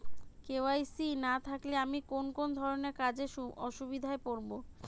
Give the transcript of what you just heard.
KYC না থাকলে আমি কোন কোন ধরনের কাজে অসুবিধায় পড়ব?